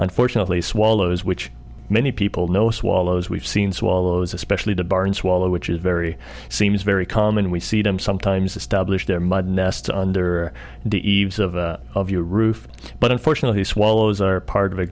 unfortunately swallow's which many people know swallow's we've seen swallows especially the barn swallow which is very seems very common we see them sometimes establish their mud nests under the eaves of a of your roof but unfortunately swallows are part of a